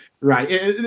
Right